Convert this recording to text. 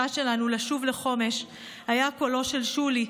שלנו לשוב לחומש היה קולו של שולי,